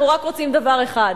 אנחנו רק רוצים דבר אחד.